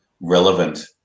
relevant